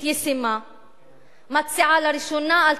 הערבים מתבכיינים.